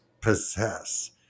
possess